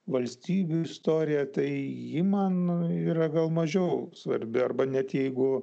valstybių istorija tai ji man yra gal mažiau svarbi arba net jeigu